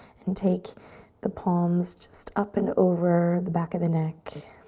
and take the palms just up and over the back of the neck.